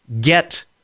get